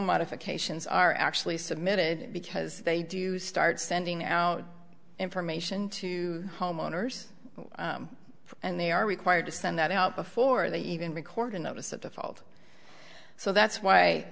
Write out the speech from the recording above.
modifications are actually submitted because they do start sending out information to homeowners and they are required to send that out before they even record a notice of default so that's why